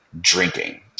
drinking